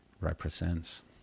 represents